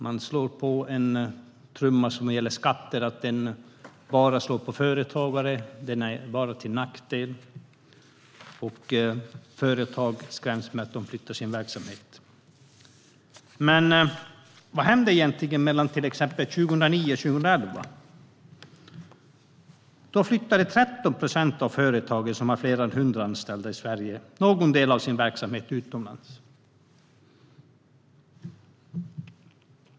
Man slår på trumman när det gäller skatter och tycker att de bara slår mot företagare, att de bara är till nackdel och att de skrämmer företag så att de flyttar sin verksamhet. Men vad hände egentligen mellan till exempel 2009 och 2011? Då flyttade 13 procent av företagen med fler än 100 anställda i Sverige någon del av sin verksamhet utomlands.